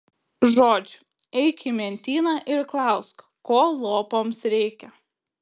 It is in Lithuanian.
žodž eik į mentyną ir klausk ko lopams reikia